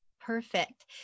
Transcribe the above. Perfect